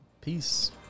Peace